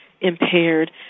impaired